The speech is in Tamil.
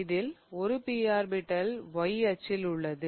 இதில் ஒரு p ஆர்பிடல் Y அச்சில் உள்ளது